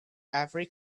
every